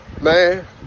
man